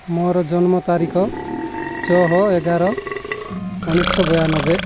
ମୋର ଜନ୍ମ ତାରିଖ ଛଅ ଏଗାର ଉଣେଇଶ ଶହ ବୟାନବେ